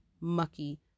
mucky